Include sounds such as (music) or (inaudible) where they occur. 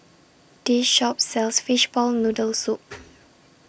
This Shop sells Fishball Noodle Soup (noise)